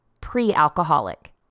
pre-alcoholic